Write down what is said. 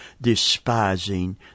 despising